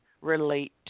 relate